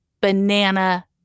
banana